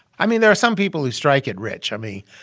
i mean, there are some people who strike it rich. i mean,